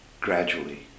gradually